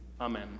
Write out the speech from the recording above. Amen